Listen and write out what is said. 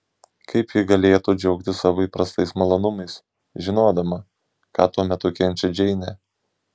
kaip ji galėtų džiaugtis savo įprastais malonumais žinodama ką tuo metu kenčia džeinė